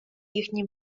їхні